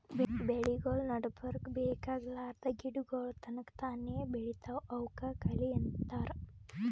ಬೆಳಿಗೊಳ್ ನಡಬರ್ಕ್ ಬೇಕಾಗಲಾರ್ದ್ ಗಿಡಗೋಳ್ ತನಕ್ತಾನೇ ಬೆಳಿತಾವ್ ಅವಕ್ಕ ಕಳಿ ಅಂತಾರ